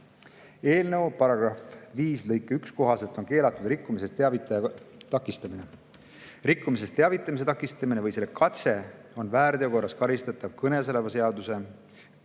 Eelnõu § 5 lõike 1 kohaselt on keelatud rikkumisest teavitaja takistamine. Rikkumisest teavitamise takistamine või selle katse on väärteo korras karistatav: kõnesoleva eelnõu